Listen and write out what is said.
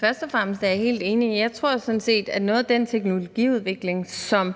Først og fremmest er jeg helt enig. Jeg tror sådan set, at noget af den teknologiudvikling, som